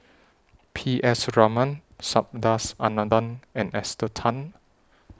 P S Raman Subhas Anandan and Esther Tan